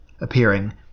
appearing